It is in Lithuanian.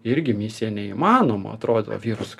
irgi misija neįmanoma atrodo o vyras